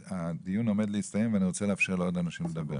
הדיון עומד להסתיים ואני רוצה לאפשר לעוד אנשים לדבר.